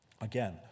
Again